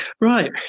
Right